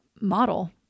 model